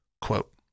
quote